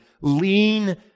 lean